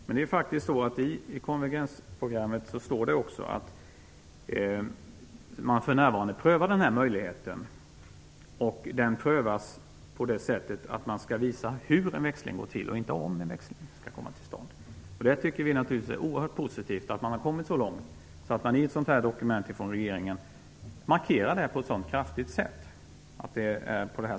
Men i konvergensprogrammet står också att man för närvarande prövar frågan om hur en växling skall gå till och inte om en växling skall komma till stånd. Vi tycker naturligtvis att det är oerhört positivt att man har kommit så långt att man i ett dokument från regeringen av detta slag markerar det på ett så kraftigt sätt.